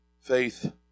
Faith